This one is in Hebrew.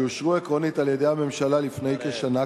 שאושרו עקרונית על-ידי הממשלה לפני כשנה,